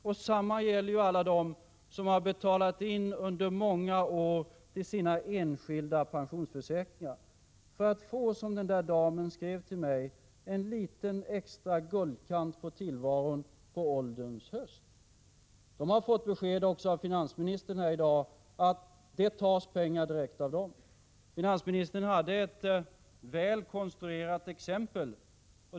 Samma sak gäller för alla dem som under många år betalat in till sina enskilda pensionsförsäkringar för att få, som en dam skrev till mig, en liten extra guldkant på tillvaron på ålderns höst. De har också fått besked av finansministern här i dag, att det tas pengar direkt från dem. Finansministern gav ett väl konstruerat exempel.